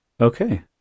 Okay